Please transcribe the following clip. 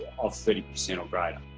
of thirty percent or greater